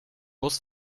bus